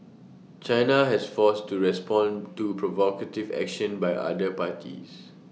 China has forced to respond to provocative action by other parties